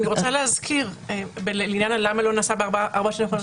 אני רוצה להזכיר למה זה לא נעשה בארבע השנים האחרונות.